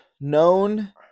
known